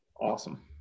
Awesome